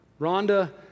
Rhonda